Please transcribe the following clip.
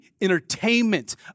entertainment